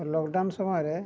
lockdown ସମୟରେ